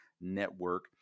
Network